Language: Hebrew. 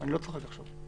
אני לא צוחק עכשיו.